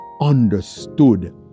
understood